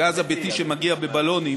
הגז הביתי שמגיע בבלונים